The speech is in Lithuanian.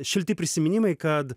šilti prisiminimai kad